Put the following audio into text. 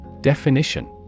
Definition